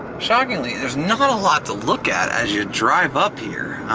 shockingly there's not a lot to look at as you drive up here.